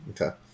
Okay